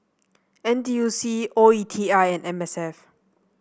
N T U C O E T I and M S F